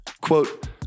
Quote